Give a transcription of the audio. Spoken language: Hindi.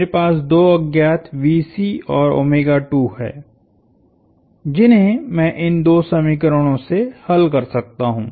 मेरे पास दो अज्ञातऔरहैं जिन्हें मैं इन दो समीकरणों से हल कर सकता हूं